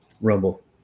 Rumble